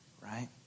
right